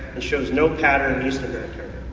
and shows no pattern in eastern